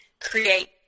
create –